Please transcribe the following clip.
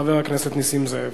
חבר הכנסת נסים זאב.